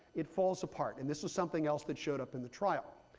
it falls apart. and this was something else that showed up in the trial.